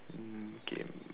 mm K